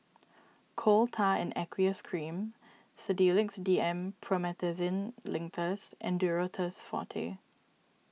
Coal Tar in Aqueous Cream Sedilix D M Promethazine Linctus and Duro Tuss Forte